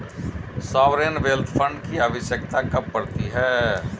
Sovereign wealth fund की आवश्यकता कब पड़ती है?